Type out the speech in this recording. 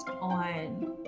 on